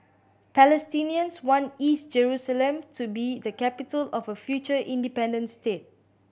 Palestinians want East Jerusalem to be the capital of a future independent state